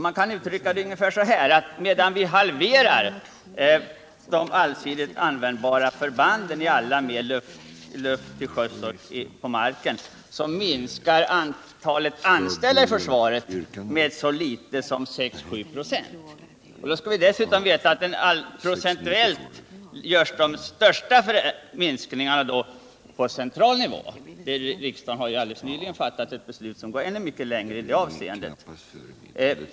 Man kan ungefärligen säga att medan vi halverar de allsidigt användbara förbanden i luften, till sjöss och på marken så minskar antalet anställda i försvaret med så litet som 6-7 96. Och då skall vi dessutom veta att de största minskningarna procentuellt sett sker på central nivå. Och riksdagen har alldeles nyligen fattat ett beslut som går längre än tidigare i det avseendet.